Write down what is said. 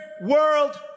world